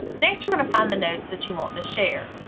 next you are going to find the notes that you want to share.